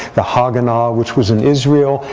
the haganah, which was in israel,